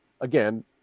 again